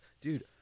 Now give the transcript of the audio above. Dude